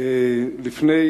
לפני